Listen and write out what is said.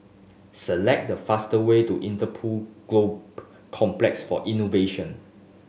select the fastest way to Interpol Complex for Innovation